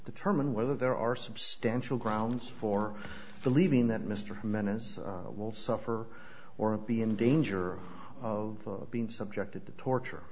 determine whether there are substantial grounds for believing that mr menace will suffer or be in danger of being subjected to torture